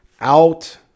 out